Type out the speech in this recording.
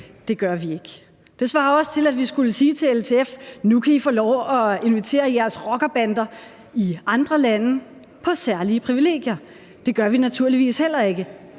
Det gør vi ikke. Det svarer også til, at vi skulle sige til LTF, at nu kan de få lov til at invitere rockerbander i andre lande på særlige privilegier. Det gør vi naturligvis heller ikke.